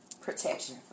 protection